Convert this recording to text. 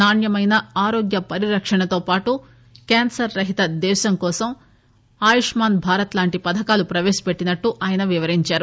నాణ్యమైన ఆరోగ్య పరిరక్షణతో పాటు కాన్సర్ రహిత దేశం కోసం ఆయుష్మాన్ భారత్ లాంటి పథకాలు ప్రవేశపెట్టినట్లు ఆయన వివరించారు